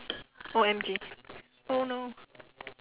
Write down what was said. O_M_G oh no